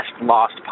lost